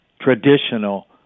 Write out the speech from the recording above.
traditional